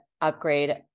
upgrade